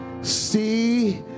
see